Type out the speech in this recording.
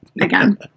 again